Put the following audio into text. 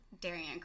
Darian